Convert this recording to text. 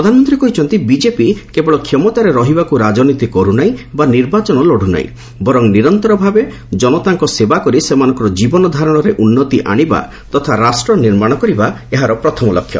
ପ୍ରଧାନମନ୍ତ୍ରୀ କହିଛନ୍ତି ବିଜେପି କେବଳ କ୍ଷମତାରେ ରହିବାକୃ ରାଜନୀତି କରୁ ନାହିଁ ବା ନିର୍ବାଚନ ଲଢୁ ନାହିଁ ବରଂ ନିରନ୍ତର ଭାବେ ଜନତାଙ୍କ ସେବା କରି ସେମାନଙ୍କ ଜୀବନ ଧାରଣମାନରେ ଉନ୍ନତି ଆଶିବା ତଥା ରାଷ୍ଟ୍ର ନିର୍ମାଣ କରିବା ଏହାର ପ୍ରଥମ ଲକ୍ଷ୍ୟ